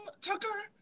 tucker